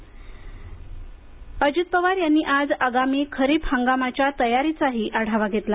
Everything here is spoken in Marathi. अजित पवार खरीप अजित पवार यांनी आज आगामी खरीप हंगामाच्या तयारीचाही आढावा घेतला